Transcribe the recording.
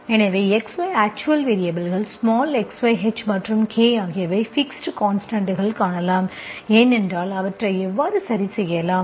எனவே X Y அச்சுவல் வேரியபல்கள் ஸ்மால் x y h மற்றும் k ஆகியவை பிக்ஸ்ட் கான்ஸ்டன்ட்கள் காணலாம் ஏனென்றால் அவற்றை எவ்வாறு சரி செய்யலாம்